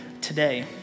today